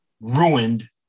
ruined